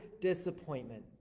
disappointment